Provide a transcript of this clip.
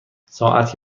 ساعت